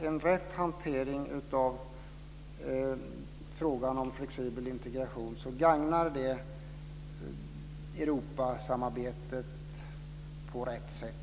En riktig hantering av frågan om flexibel integration gagnar Europasamarbetet på rätt sätt.